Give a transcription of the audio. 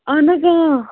اہن حظ